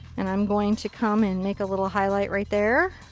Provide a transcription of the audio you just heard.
and i'm going to come and make a little highlight right there.